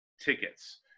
tickets